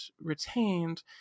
retained